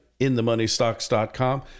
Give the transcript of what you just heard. inthemoneystocks.com